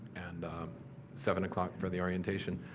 and seven o'clock for the orientation.